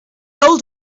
old